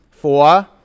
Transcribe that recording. Four